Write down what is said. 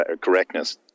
correctness